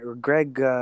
Greg